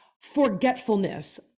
forgetfulness